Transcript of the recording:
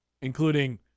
including –